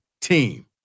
team